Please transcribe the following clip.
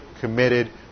committed